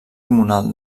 comunal